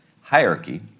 Hierarchy